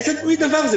איזה מין דבר זה?